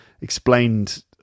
explained